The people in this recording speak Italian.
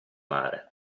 mare